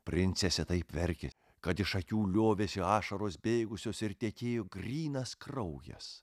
princesė taip verkė kad iš akių liovėsi ašaros bėgusios ir tekėjo grynas kraujas